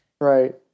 right